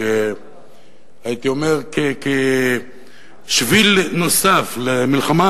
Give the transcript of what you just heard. הייתי אומר כשביל נוסף במלחמה,